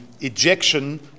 Ejection